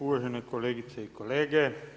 Uvažene kolegice i kolege.